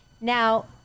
now